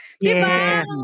Yes